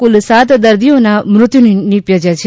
કુલ સાત દર્દીઓનાં મૃત્યુ નિપજ્યાં છે